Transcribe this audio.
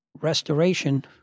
restoration